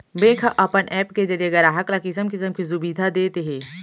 bank ह अपन app के जरिये गराहक ल किसम किसम के सुबिधा देत हे